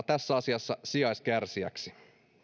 tässä asiassa sijaiskärsijöiksi